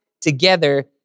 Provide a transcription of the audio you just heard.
together